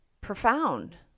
profound